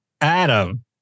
Adam